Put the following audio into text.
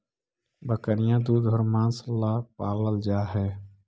बकरियाँ दूध और माँस ला पलाल जा हई